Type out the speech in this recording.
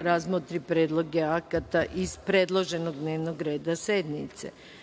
razmotri predloge akata iz predloženog dnevnog reda sednice.U